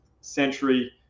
century